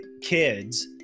kids